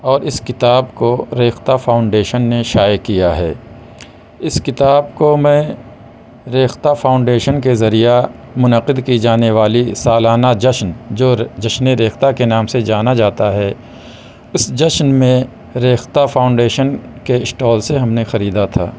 اور اس کتاب کو ریختہ فاؤنڈیشن نے شائع کیا ہے اس کتاب کو میں ریختہ فاؤنڈیشن کے ذریعہ منعقد کی جانے والی سالانہ جشن جو جشن ریختہ کے نام سے جانا جاتا ہے اس جشن میں ریختہ فاؤنڈیش کے اسٹال سے ہم نے خریدا تھا